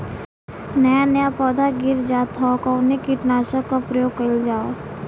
नया नया पौधा गिर जात हव कवने कीट नाशक क प्रयोग कइल जाव?